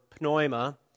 pneuma